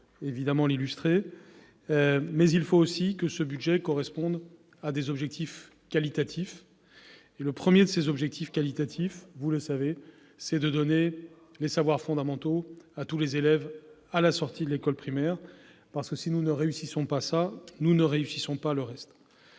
de le montrer -, mais il faut aussi que ce budget corresponde à des objectifs qualitatifs. Le premier de ces objectifs qualitatifs, vous le savez, c'est de donner les savoirs fondamentaux à tous les élèves à la sortie de l'école primaire. Si nous n'atteignons pas cet objectif, nous ne réussirons pas le reste.